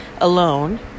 alone